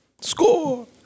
Score